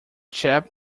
chap